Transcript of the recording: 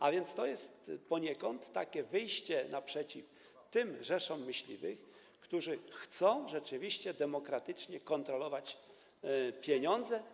A więc to jest poniekąd takie wyjście naprzeciw oczekiwaniom tych rzeszy myśliwych, którzy chcą rzeczywiście demokratycznie kontrolować pieniądze.